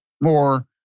more